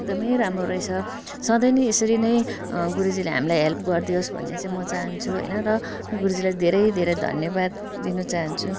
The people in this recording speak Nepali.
एकदमै राम्रो रहेछ सधैँ नै यसरी नै गुरुजीले हामीलाई हेल्प गरिदियोस् भन्ने चाहिँ म चाहन्छु होइन र गुरुजीलाई धेरै धेरै धन्यवाद दिनु चाहन्छु